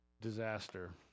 disaster